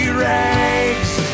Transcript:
rags